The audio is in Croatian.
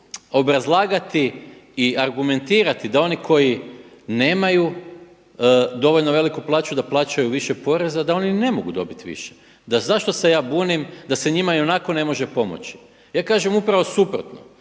obrazlagati i argumentirati da oni koji nemaju dovoljno veliku plaću da plaćaju više poreza da oni ne mogu dobiti više, da zašto se ja bunim da se njima i onako ne može pomoći. Ja kažem upravo suprotno.